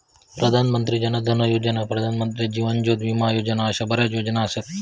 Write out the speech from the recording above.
प्रधान मंत्री जन धन योजना, प्रधानमंत्री जीवन ज्योती विमा योजना अशा बऱ्याच योजना असत